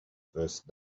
first